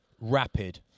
Rapid